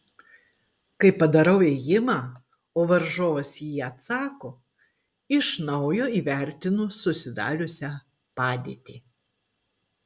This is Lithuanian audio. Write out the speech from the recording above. kai padarau ėjimą o varžovas į jį atsako iš naujo įvertinu susidariusią padėtį